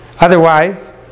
Otherwise